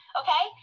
okay